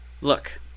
Look